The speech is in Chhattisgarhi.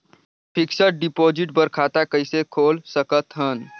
फिक्स्ड डिपॉजिट बर खाता कइसे खोल सकत हन?